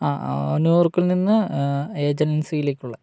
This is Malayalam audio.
ആ ന്യൂയോർക്കിൽ നിന്ന് ഏഥൻസിലേക്കുള്ളത്